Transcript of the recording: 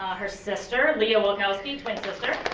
her sister leah wilcowski and twin sister.